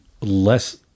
less